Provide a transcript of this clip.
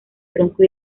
tronco